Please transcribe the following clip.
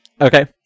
Okay